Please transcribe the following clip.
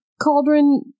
cauldron